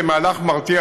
כמהלך מרתיע,